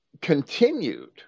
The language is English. continued